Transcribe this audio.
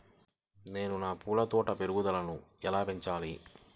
నేను నా పూల తోట పెరుగుదలను ఎలా పెంచాలి?